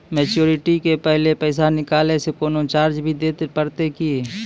Maturity के पहले पैसा निकालै से कोनो चार्ज भी देत परतै की?